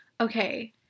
okay